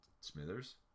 Smithers